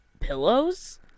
pillows